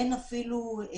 אין לי אפשרות